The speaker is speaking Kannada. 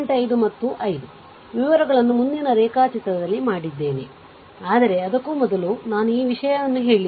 5 ಮತ್ತು 5 ವಿವರಗಳನ್ನು ಮುಂದಿನ ರೇಖಾಚಿತ್ರದಲ್ಲಿ ಮಾಡಿದ್ದೇನೆ ಆದರೆ ಅದಕ್ಕೂ ಮೊದಲು ನಾನು ಈ ವಿಷಯ ಹೇಳಿದ್ದೇನೆ